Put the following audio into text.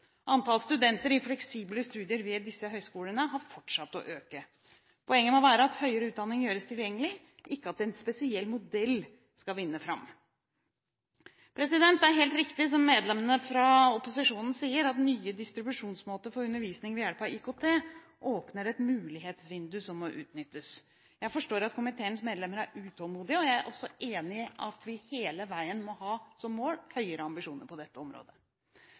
studenter i fleksible studier ved disse høyskolene har fortsatt å øke. Poenget må være at høyere utdanning gjøres tilgjengelig, ikke at en spesiell modell skal vinne fram. Det er helt riktig som medlemmene av opposisjonen sier, at nye distribusjonsmåter for undervisning ved hjelp av IKT åpner et mulighetsvindu som må utnyttes. Jeg forstår at komiteens medlemmer er utålmodige, og jeg er enig i at vi hele veien må ha som mål å ha høyere ambisjoner på dette området.